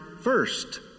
first